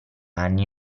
anni